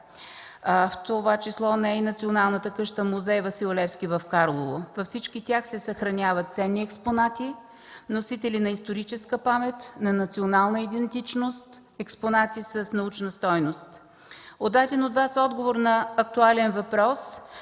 в това число не е и Националната къща-музей „Васил Левски” в град Карлово. Във всички тях се съхраняват ценни експонати, носители на историческа памет, на национална идентичност, експонати с научна стойност. От даден от Вас отговор на актуален въпрос